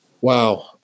wow